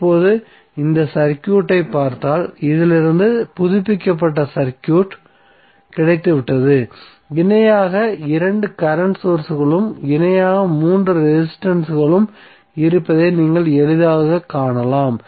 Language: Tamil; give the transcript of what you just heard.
இப்போது இந்த சர்க்யூட் ஐ பார்த்தால் இதிலிருந்து புதுப்பிக்கப்பட்ட சர்க்யூட் கிடைத்துவிட்டது இணையாக இரண்டு கரண்ட் சோர்ஸ்களும் இணையாக மூன்று ரெசிஸ்டன்ஸ்களும் இருப்பதை நீங்கள் எளிதாகக் காணலாம்